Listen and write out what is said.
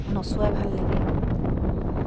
নচোৱাই ভাল লাগে